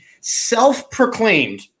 self-proclaimed